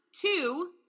two